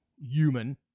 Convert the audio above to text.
human